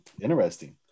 Interesting